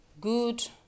good